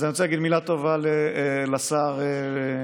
אז אני רוצה להגיד מילה טובה לשר ביטון.